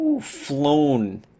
flown